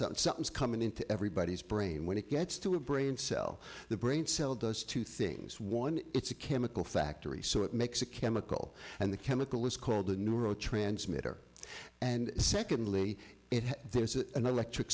something something's coming into everybody's brain when it gets to a brain cell the brain cell does two things one it's a chemical factory so it makes a chemical and the chemical is called a neurotransmitter and secondly it there is an electric